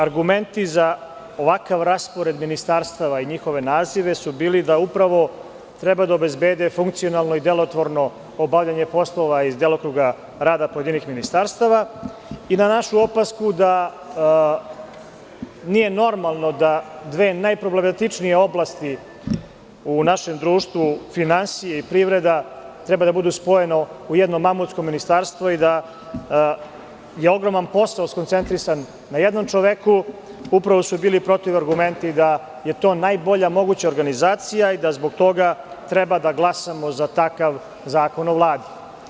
Argumenti za ovakav raspored ministarstava i njihove nazive su bili da upravo treba da obezbede funkcionalno i delotvorno obavljanje poslova iz delokruga rada pojedinih ministarstava i na našu opasku da nije normalno da dve najproblematičnije oblasti u našem društvu, finansije i privreda, treba da budu spojene u jedno mamutsko ministarstvo i da je ogroman posao skoncentrisan na jednom čoveku, upravo su bili protivargumenti da je to najbolja moguća organizacija i da zbog toga treba da glasamo za takav zakon o Vladi.